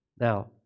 Now